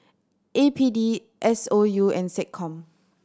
A P D S O U and SecCom